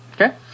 Okay